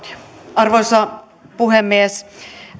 arvoisa puhemies